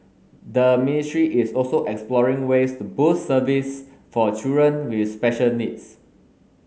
the ministry is also exploring ways to boost service for a children with special needs